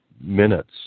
minutes